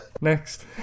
Next